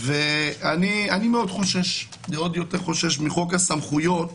אני חושש מחוק הסמכויות